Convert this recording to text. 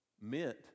meant